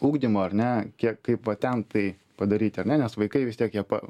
ugdymo ar ne kiek kaip va ten tai padaryti ar ne nes vaikai vis tiek jie pa